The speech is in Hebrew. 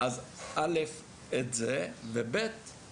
אז לעזור לו בעניינים